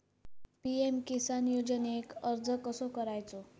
PM Kisan योजनेक अर्ज कसो करायचो?